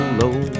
low